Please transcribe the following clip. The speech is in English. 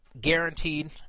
guaranteed